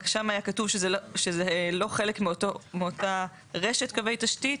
רק שם היה כתוב שזה לא חלק מאותה רשת קווי תשתית.